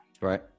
Right